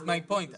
זו הנקודה שלי,